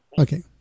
Okay